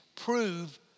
prove